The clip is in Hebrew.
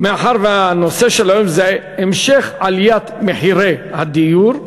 מאחר שהנושא של היום הוא המשך עליית מחירי הדיור,